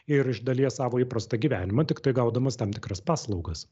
ir iš dalies savo įprastą gyvenimą tiktai gaudamas tam tikras paslaugas